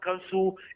council